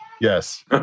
Yes